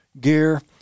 gear